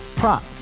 prop